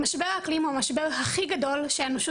משבר האקלים הוא המשבר הכי גדול שהאנושות